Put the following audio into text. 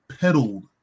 pedaled